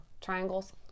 Triangles